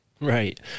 Right